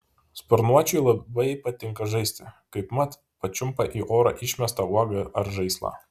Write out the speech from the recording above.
sparnuočiui labai patinka žaisti kaipmat pačiumpa į orą išmestą uogą ar žaislą